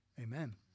Amen